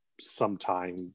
sometime